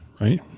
right